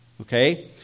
Okay